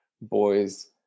boys